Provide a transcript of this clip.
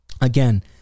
again